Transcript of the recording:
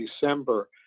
December